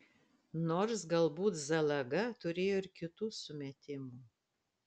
nors galbūt zalaga turėjo ir kitų sumetimų